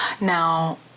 Now